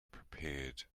prepared